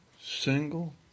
single